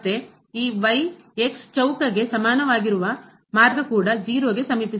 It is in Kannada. ಮತ್ತೆ ಈ ಚೌಕ ಗೆ ಸಮಾನವಾಗಿರುವ ಮಾರ್ಗ ಕೂಡ 0 ಗೆ ಸಮೀಪಿಸಿದೆ